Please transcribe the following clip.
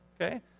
okay